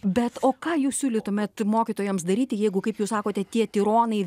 bet o ką jūs siūlytumėt mokytojams daryti jeigu kaip jūs sakote tie tironai